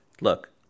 Look